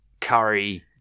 Curry